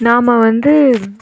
நாம் வந்து